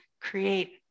create